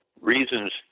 reasons